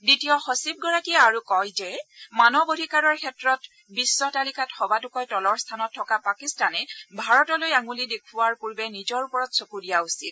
দ্বিতীয় সচিবগৰাকীয়ে আৰু কয় যে মানৱ অধিকাৰৰ ক্ষেত্ৰত বিশ্ব তালিকাত সবাতোকৈ তলৰ স্থানত থকা পাকিস্তানে ভাৰতলৈ আঙুলি দেখুওৱাৰ পূৰ্বে নিজৰ ওপৰত চকু দিয়া উচিত